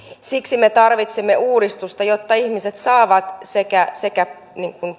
siksi me tarvitsemme uudistusta jotta ihmiset saavat sekä sekä